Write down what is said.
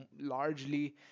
largely